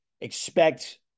expect